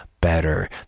better